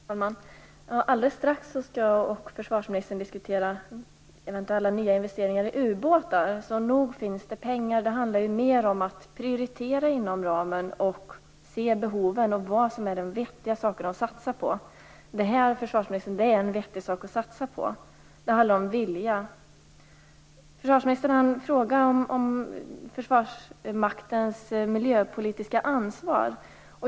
Fru talman! Alldeles strax skall jag och försvarsministern diskutera eventuella nya investeringar i ubåtar - nog finns det pengar. Det handlar mer om att prioritera inom ramen, att se behoven och vilka saker det är vettigt att satsa på. Det här, försvarsministern, är en vettig sak att satsa på. Det handlar om vilja. Försvarsministern frågar om Försvarsmaktens miljöpolitiska ansvar.